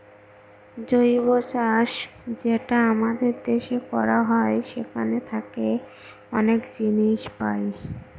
জৈব চাষ যেটা আমাদের দেশে করা হয় সেখান থাকে অনেক জিনিস পাই